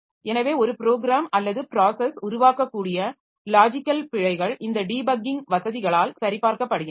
எனவே ஒரு ப்ரோகிராம் அல்லது ப்ராஸஸ் உருவாக்கக்கூடிய லாஜிக்கல் பிழைகள் இந்த டீபக்கிங் வசதிகளால் சரிபார்க்கப்படுகின்றன